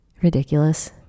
Ridiculous